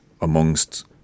amongst